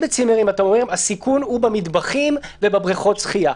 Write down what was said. אם בצימרים אתם אומרים: הסיכון הוא במטבחים ובבריכות השחייה,